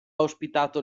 ospitato